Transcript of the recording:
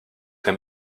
him